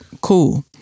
Cool